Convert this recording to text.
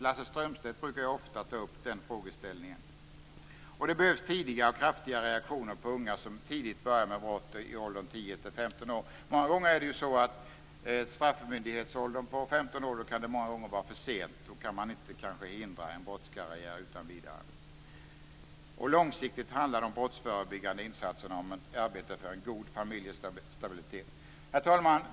Lasse Strömstedt brukar ju ofta ta upp den frågeställningen. Det behövs tidiga och kraftiga reaktioner på unga som tidigt börjar med brott, redan i åldern 10-15 år. Många gånger kan det, när de når straffmyndighetsålder på 15 år, redan vara för sent. Då kan man kanske inte hindra en brottskarriär utan vidare. Långsiktigt handlar de brottsförebyggande insatserna om ett arbete för en god familjestabilitet. Herr talman!